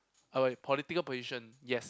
a political position yes